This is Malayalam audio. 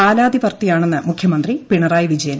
കാലാതിവർത്തിയാണെന്ന് മുഖ്യമന്ത്രി പിണറായി വിജയൻ